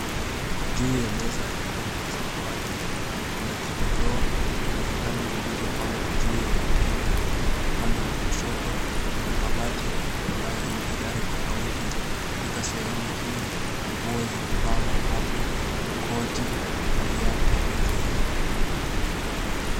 Juu ya meza yenye rangi ya samawati, kuna kikotoo, kuna vitabu vilivyopangwa juu ya vingine. Upande wa kushoto kuna kabati ambayo ina idara tofauti. Katika sehemu hii nguo zimepangwa hapo, koti na viatu hapo juu yake.